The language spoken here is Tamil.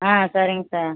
ஆ சரிங்க சார்